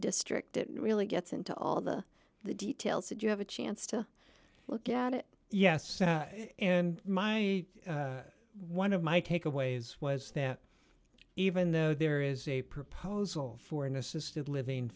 district it really gets into all the details and you have a chance to look at it yes and my one of my takeaways was that even though there is a proposal for an assisted living